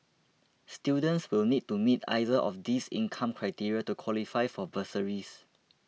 students will need to meet either of these income criteria to qualify for bursaries